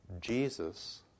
Jesus